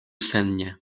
sennie